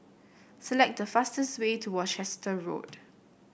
select the fastest way to Worcester Road